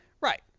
right